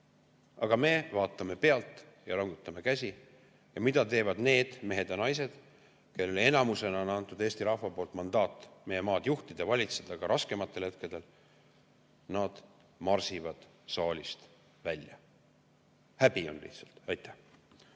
Aga me vaatame pealt ja laiutame käsi. Mida teevad need mehed ja naised, kellele enamus[häältega] on antud Eesti rahva mandaat meie maad juhtida ja valitseda ka raskematel hetkedel? Nad marsivad saalist välja. Häbi on lihtsalt. Aitäh!